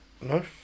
No